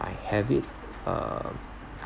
I have it um